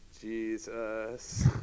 Jesus